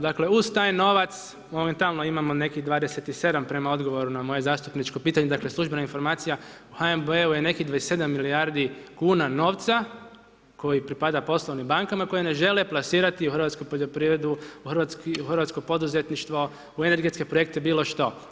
Dakle, uz taj novac, momentalno imamo nekih 27 prema odgovoru na moje zastupničko pitanja, dakle, službena informacija u HNB-u je nekih 27 milijardi kn novca, koji pripada poslovnim bankama koje ne žele plasirati u hrvatsku poljoprivredu, u hrvatsko poduzetništvo, u energetske projekte, bilo što.